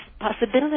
possibility